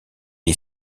est